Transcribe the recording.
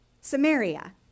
Samaria